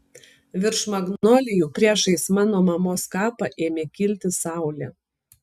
virš magnolijų priešais mano mamos kapą ėmė kilti saulė